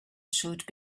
showed